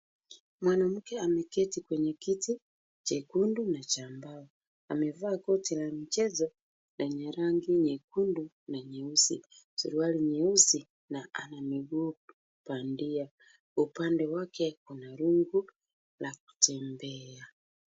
Mwanamke ameketi kwenye kiti chekundu na cha mbao. Amevaa koti la michezo lenye rangi nyekundu na nyeusi, suruali nyeusi na ana miguu bandia. Upande wake kuna rungu la kutembea.